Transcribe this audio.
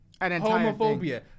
homophobia